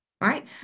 right